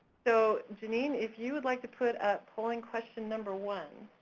so jeanyne, if you would like to put up polling question number one.